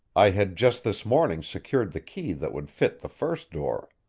i had just this morning secured the key that would fit the first door.